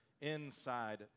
inside